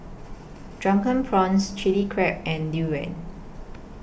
Drunken Prawns Chili Crab and Durian